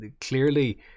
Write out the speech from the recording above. clearly